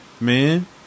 man